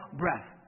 breath